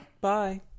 Bye